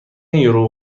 یورو